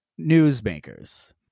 newsmakers